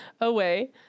away